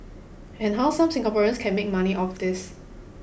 and how some Singaporeans can make money off this